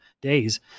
days